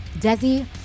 Desi